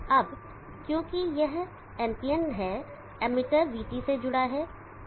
अब क्योंकि यह PNP है एमिटर vT से जुड़ा है